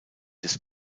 des